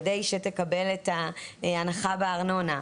כדי שתקבל את ההנחה בארנונה.